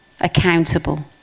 accountable